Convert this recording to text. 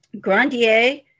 Grandier